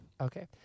Okay